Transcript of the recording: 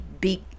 big